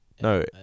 No